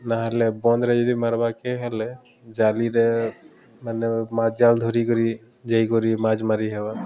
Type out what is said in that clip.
ନାହେଲେ ବନ୍ଦ୍ରେ ଯଦି ମାର୍ବାକେ ହେଲେ ଜାଲିରେ ମାନେ ମାଛ୍ ଜାଲ୍ ଧରିକରି ଯାଇକରି ମାଛ୍ ମାରି ହେବା